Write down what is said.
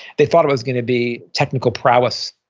they thought it was going to be technical prowess.